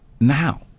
Now